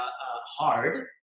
hard